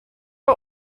are